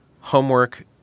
homework